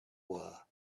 were